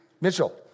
Mitchell